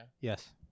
Yes